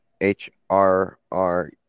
HRR